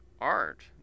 art